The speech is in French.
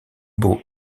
beau